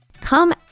come